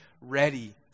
ready